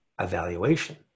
evaluation